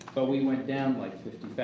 but we went down like fifty